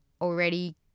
already